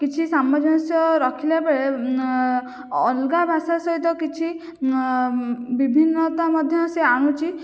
କିଛି ସାମଞ୍ଜସ୍ୟ ରଖିଲାବେଳେ ଅଲଗା ଭାଷା ସହିତ କିଛି ବିଭିନ୍ନତା ମଧ୍ୟ ସେ ଆଣୁଛି